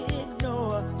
ignore